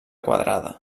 quadrada